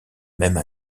même